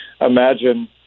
imagine